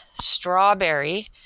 strawberry